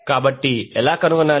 కాబట్టి ఎలా కనుగొనాలి